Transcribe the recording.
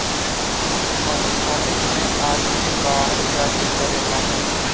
संस्थानिक मे आदमी बाहर जा के करेला